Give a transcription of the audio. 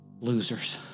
losers